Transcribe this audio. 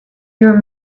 your